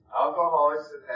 alcoholics